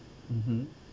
mmhmm